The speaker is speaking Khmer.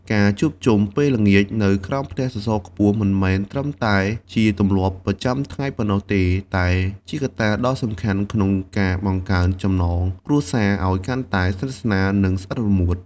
ការជួបជុំពេលល្ងាចនៅក្រោមផ្ទះសសរខ្ពស់មិនមែនត្រឹមតែជាទម្លាប់ប្រចាំថ្ងៃប៉ុណ្ណោះទេ ប៉ុន្តែជាកត្តាដ៏សំខាន់ក្នុងការបង្កើនចំណងគ្រួសារឱ្យកាន់តែស្និទ្ធស្នាល និងស្អិតរមួត។